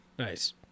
Nice